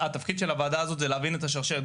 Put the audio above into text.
התפקיד של הוועדה הזאת הוא להבין את השרשרת.